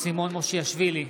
סימון מושיאשוילי,